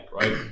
right